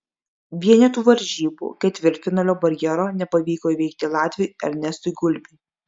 vienetų varžybų ketvirtfinalio barjero nepavyko įveikti latviui ernestui gulbiui